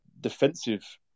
defensive